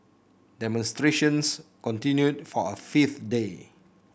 demonstrations continued for a fifth day